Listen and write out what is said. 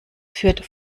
führt